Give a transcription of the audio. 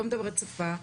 לא מדברת שפה,